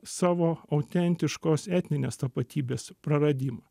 savo autentiškos etninės tapatybės praradimą